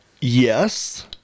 Yes